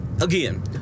again